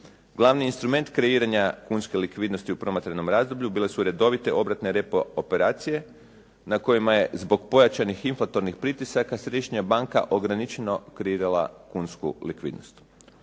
Glavni instrument kreiranja kunske likvidnosti u promatranom razdoblju bile su redovite obratne repo operacije na kojima je zbog pojačanih inflatornih pritisaka središnja banka ograničeno kreirala kunsku likvidnost.